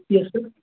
yes sir